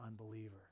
unbeliever